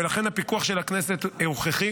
ולכן הפיקוח של הכנסת הוא הכרחי,